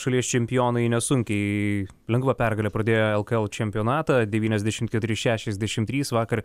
šalies čempionai nesunkiai lengva pergale pradėjo lkl čempionatą devyniasdešimt keturi šešiadešimt trys vakar